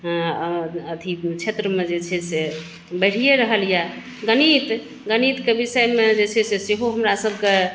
अथि क्षेत्रमे जे छै से बढ़िये रहल यऽ गणित गणितके विषयमे जेछै से सेहो हमरा सभके